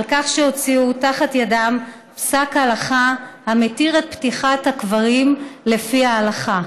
על כך שהוציאו תחת ידם פסק הלכה המתיר את פתיחת הקברים לפי ההלכה.